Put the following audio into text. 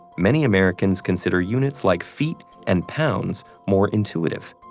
many americans consider units like feet and pounds more intuitive.